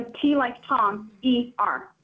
ah t like tom, e r.